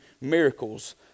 miracles